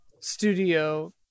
Studio